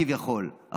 כביכול,